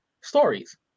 stories